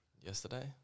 Yesterday